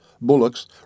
bullocks